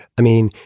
i mean,